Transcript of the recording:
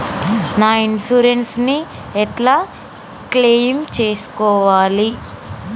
నా ఇన్సూరెన్స్ ని ఎట్ల క్లెయిమ్ చేస్కోవాలి?